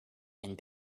and